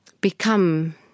become